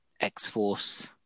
X-Force